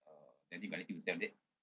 uh anything update